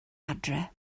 adre